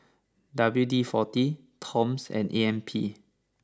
W D forty Toms and A M P